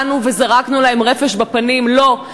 באנו וזרקנו להם רפש בפנים: לא,